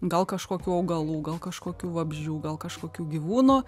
gal kažkokių augalų gal kažkokių vabzdžių gal kažkokių gyvūnų